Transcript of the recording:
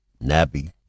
Nabby